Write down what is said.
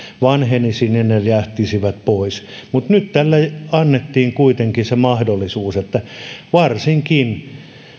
vanhenisi ne ne lähtisivät pois mutta nyt tälle annettiin kuitenkin mahdollisuus varsinkin